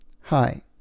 Hi